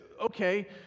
okay